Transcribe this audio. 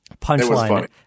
punchline